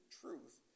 truth